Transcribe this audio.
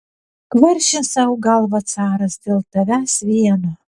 kvaršins sau galvą caras dėl tavęs vieno